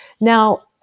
Now